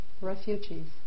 refugees